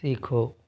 सीखो